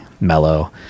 mellow